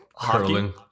Curling